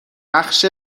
بخش